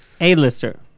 A-lister